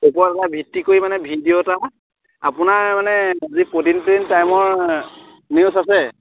ভিত্তি কৰি মানে ভিডিঅ' এটা আপোনাৰ মানে যি প্ৰতিদিন টাইমৰ নিউজ আছে